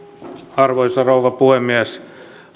arvoisa rouva puhemies